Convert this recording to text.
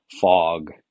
fog